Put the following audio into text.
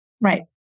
Right